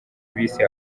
bise